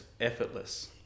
effortless